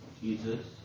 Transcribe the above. Jesus